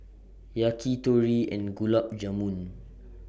Yakitori and Gulab Jamun